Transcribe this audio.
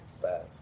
fast